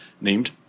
named